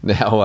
Now